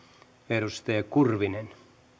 edustaja kurvinen